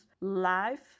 Life